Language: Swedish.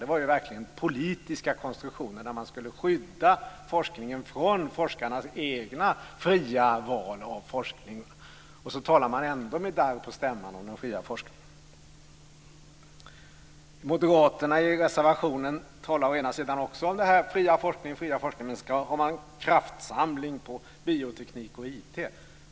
Det var verkligen politiska konstruktioner där man skulle skydda forskningen från forskarnas egna fria val av forskning. Så talar man ändå med darr på stämman om den fria forskningen. Moderaterna talar i reservationen också om den fria forskningen, men så vill man göra en kraftsamling vad gäller bioteknik och IT.